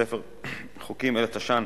ס"ח התש"ן,